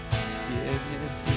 Forgiveness